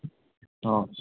অঁ